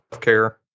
care